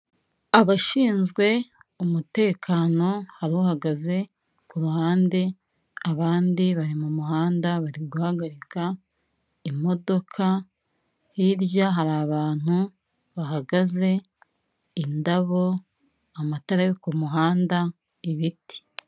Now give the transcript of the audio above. Abashinzwe umutekano hari uhagaze ku ruhande abandi bari mu muhanda bari guhagarika imodoka, hirya hari abantu bahagaze, indabo, amatara yo ku muhanda, ibiti.